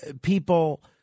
people